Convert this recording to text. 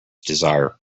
desire